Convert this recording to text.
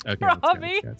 Robbie